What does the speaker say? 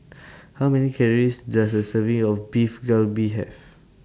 How Many Calories Does A Serving of Beef Galbi Have